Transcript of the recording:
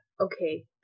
okay